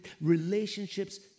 Relationships